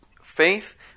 faith